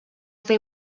they